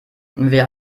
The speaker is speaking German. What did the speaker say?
wer